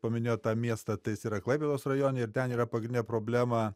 paminėjot tą miestą tai jis yra klaipėdos rajone ir ten yra pagrindinė problema